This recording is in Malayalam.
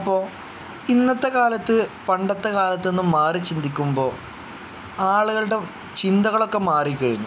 അപ്പോൾ ഇന്നത്തെ കാലത്ത് പണ്ടത്തെ കാലത്ത് നിന്ന് മാറി ചിന്തിക്കുമ്പോൾ ആളുകളുടെ ചിന്തകളൊക്കെ മാറി കഴിഞ്ഞു